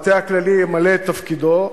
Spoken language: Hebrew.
המטה הכללי ימלא את תפקידו,